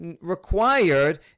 required